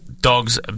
Dogs